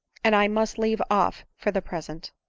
and i must leave off for the present.